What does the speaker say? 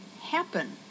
happen